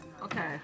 Okay